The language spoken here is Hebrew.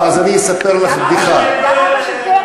גם אבא של פרי.